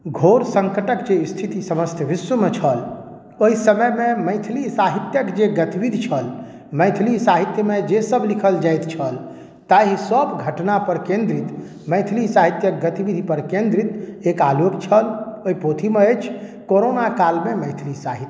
घोर सङ्कटक जे स्थिति समस्त विश्वमे छल ओहि समयमे मैथिली साहित्यक जे गतिविधि छल मैथिली साहित्यमे जे सब लिखल जाइत छल ताहि सब घटना पर केन्द्रित मैथिली साहित्यक गतिविधि पर केन्द्रित एक आलेख छल ओहि पोथीमे अछि कोरोना कालमे मैथिली साहित्य